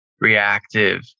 reactive